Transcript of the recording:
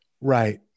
Right